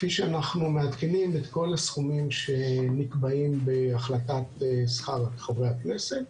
כפי שאנחנו מעדכנים את כל הסכומים שנקבעים בהחלטת שכר חברי הכנסת.